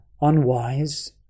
unwise